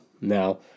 Now